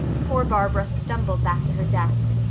poor barbara stumbled back to her desk,